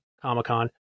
Comic-Con